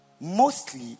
mostly